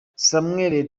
samuel